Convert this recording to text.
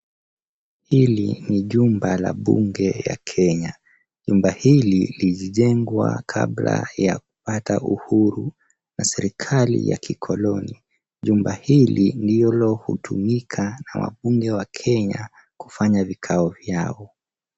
Hili ni jumba la bunge ya Kenya. Nyumba hili lilijengwa kabala ya kupata uhuru na serikali ya kikolni. Jumba hili ndilo hutumika na wabunge wa Kenya kufanya vikao vyao.